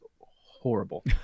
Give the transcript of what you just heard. horrible